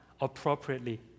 appropriately